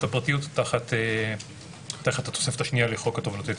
הפרטיות תחת התוספת השנייה לחוק התובענות הייצוגיות.